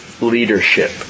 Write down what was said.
leadership